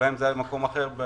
אולי אם זה היה במקום אחר בארץ,